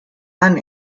han